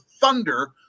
thunder